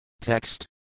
Text